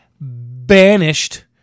banished